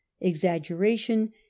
exaggeration